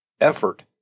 Effort